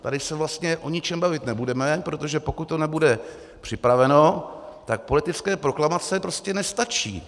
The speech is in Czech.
Tady se vlastně o ničem bavit nebudeme, protože pokud to nebude připraveno, tak politické proklamace nestačí.